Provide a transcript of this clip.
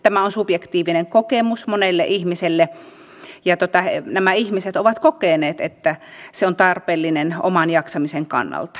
tämä on subjektiivinen kokemus monelle ihmiselle ja nämä ihmiset ovat kokeneet että se on tarpeellinen oman jaksamisen kannalta